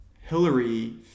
hillary